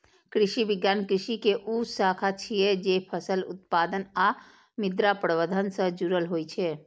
कृषि विज्ञान कृषि के ऊ शाखा छियै, जे फसल उत्पादन आ मृदा प्रबंधन सं जुड़ल होइ छै